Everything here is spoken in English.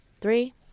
three